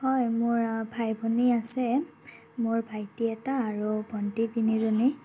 হয় মোৰ ভাই ভনী আছে মোৰ ভাইটি এটা আৰু ভণ্টি তিনিজনী